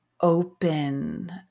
open